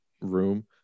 room